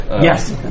Yes